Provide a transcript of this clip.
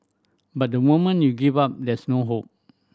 but the moment you give up there's no hope